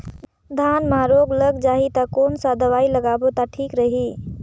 धान म रोग लग जाही ता कोन सा दवाई लगाबो ता ठीक रही?